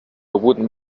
wooden